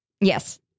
Yes